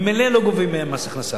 ממילא לא גובים מהם מס הכנסה,